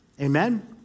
Amen